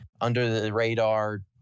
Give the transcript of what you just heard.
under-the-radar